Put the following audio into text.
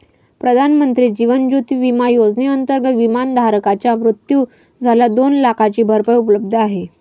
प्रधानमंत्री जीवन ज्योती विमा योजनेअंतर्गत, विमाधारकाचा मृत्यू झाल्यास दोन लाखांची भरपाई उपलब्ध आहे